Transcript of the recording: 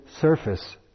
surface